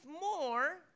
more